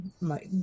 My-